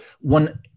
One